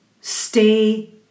stay